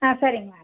சரிங்க மேடம்